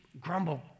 grumble